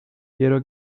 quiero